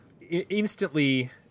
instantly